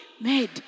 made